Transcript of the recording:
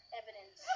evidence